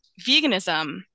veganism